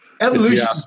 Evolution